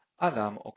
Adam